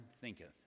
thinketh